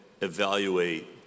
evaluate